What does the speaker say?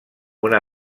una